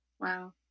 Wow